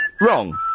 wrong